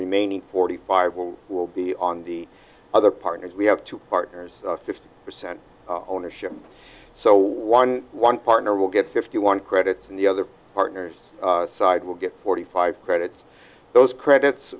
remaining forty five will will be on the other partners we have two partners fifty percent ownership so one one partner will get fifty one credits and the other partners side will get forty five credits those credits